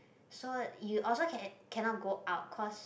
so you also can cannot go out cause